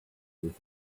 with